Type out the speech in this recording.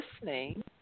listening